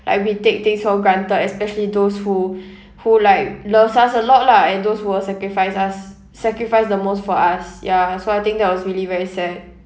like we take things for granted especially those who who like loves us a lot lah and those who will sacrifice us sacrifice the most for us ya so I think that was really very sad